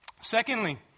Secondly